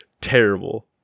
Terrible